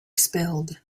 spilled